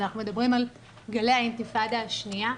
אז אנחנו מדברים על גלי האינתיפאדה השנייה,